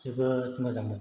जोबोद मोजां मोनो